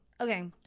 Okay